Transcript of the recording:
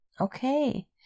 Okay